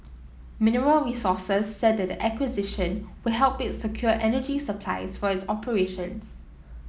Mineral Resources said that the acquisition will help it secure energy supplies for its operations